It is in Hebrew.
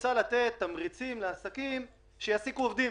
רוצה לתת תמריצים לעסקים שיעסיקו עובדים.